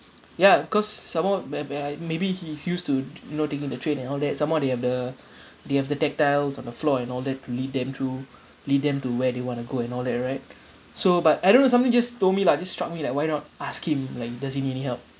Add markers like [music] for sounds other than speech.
ya cause some more may~ may~ maybe he's used to [noise] you know taking the train and all that some more they have the [breath] they have the tag tiles on the floor and all that to lead them through lead them to where they want to go and all that right so but I don't know something just told me lah just struck me like why not ask him like does he need any help